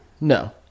no